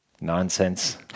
nonsense